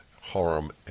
harm